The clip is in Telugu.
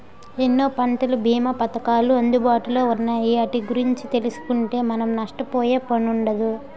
ఎన్నో పంటల బీమా పధకాలు అందుబాటులో ఉన్నాయి ఆటి గురించి తెలుసుకుంటే మనం నష్టపోయే పనుండదు